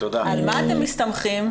על מה אתם מסתמכים?